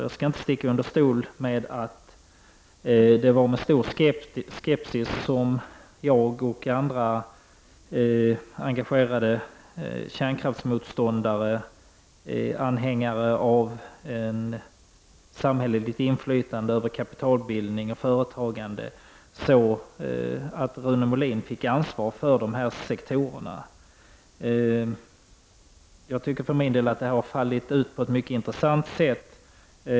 Jag skall inte sticka under stol med att det var med stor skepsis som jag och andra engagerade kärnkraftsmotståndare och anhängare av ett samhälleligt inflytande över kapitalbildning och företagande såg att Rune Molin fick ansvar för de sektorerna. Jag tycker för min del att det har utfallit på ett mycket intressant sätt.